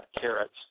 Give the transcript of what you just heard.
carrots